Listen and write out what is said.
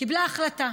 שנייה,